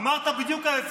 אמרת בדיוק ההפך.